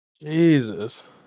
Jesus